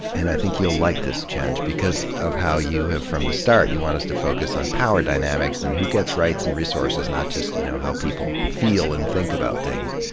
and i think you'll like this, chenj, because of how you have, from the start, you want us to focus on power dynamics and who gets rights and resources, not just, you know, how people feel and think about things.